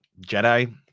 Jedi